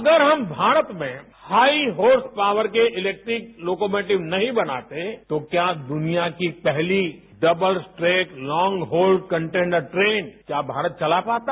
अगर हम भारत में हाई होर्स पॉवर के इलेक्ट्रिक लोकोमोटिव नहीं बनाते तो क्या दुनिया की पहली double straight long hold container train क्या भारत चला पाता